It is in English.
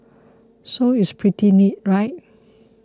so it's pretty neat right